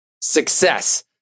success